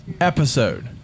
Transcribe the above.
episode